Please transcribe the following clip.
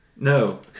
No